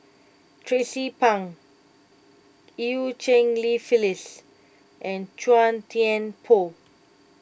Tracie Pang Eu Cheng Li Phyllis and Chua Thian Poh